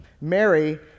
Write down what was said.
Mary